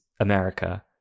america